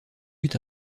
eut